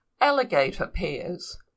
alligator-pears